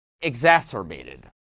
exacerbated